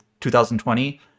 2020